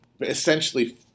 essentially